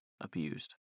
abused